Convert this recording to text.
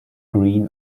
green